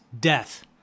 Death